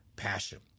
passion